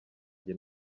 jye